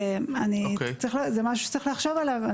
זה משהו שיש לחשוב עליו.